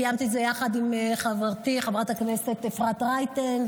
קיימנו את זה יחד עם חברתי חברת הכנסת אפרת רייטן,